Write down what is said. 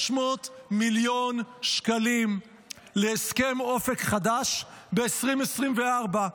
600 מיליון שקלים להסכם אופק חדש ב-2024.